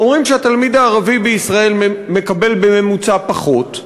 אומרים שהתלמיד הערבי בישראל מקבל בממוצע פחות,